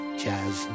jazz